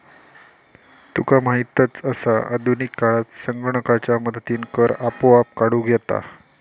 तुका माहीतच आसा, आधुनिक काळात संगणकाच्या मदतीनं कर आपोआप काढूक येता